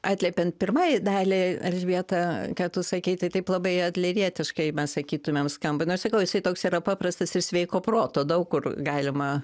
atliepiant pirmajai daliai elžbieta ką tu sakei tai taip labai adlerietiškai mes sakytumėm skamba nu iš tikrųjų jisai toks yra paprastas ir sveiko proto daug kur galima